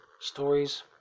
Stories